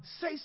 say